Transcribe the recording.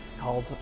called